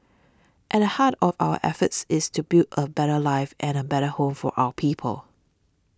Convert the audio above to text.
at the heart of our efforts is to build a better life and a better home for our people